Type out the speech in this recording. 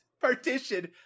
partition